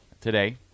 today